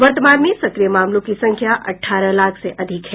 वर्तमान में सक्रिय मामलों की संख्या अठारह लाख से अधिक है